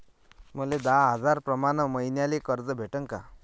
मले दहा हजार प्रमाण मईन्याले कर्ज भेटन का?